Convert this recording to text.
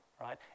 right